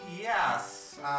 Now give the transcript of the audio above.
Yes